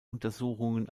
untersuchungen